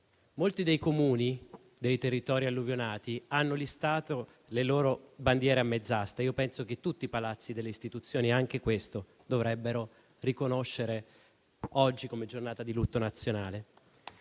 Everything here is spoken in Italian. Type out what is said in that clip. Molti dei Comuni dei territori alluvionati hanno issato le loro bandiere a mezz'asta. Penso che tutti i palazzi delle istituzioni, anche questo, dovrebbero riconoscere quella di oggi come giornata di lutto nazionale.